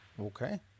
Okay